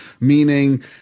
meaning